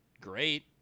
great